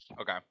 okay